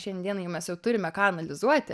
šiandienai mes jau turime ką analizuoti